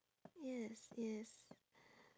yes yes